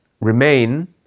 remain